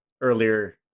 earlier